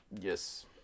yes